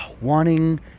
wanting